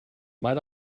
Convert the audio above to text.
might